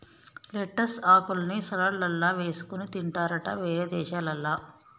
lettuce ఆకుల్ని సలాడ్లల్ల వేసుకొని తింటారట వేరే దేశాలల్ల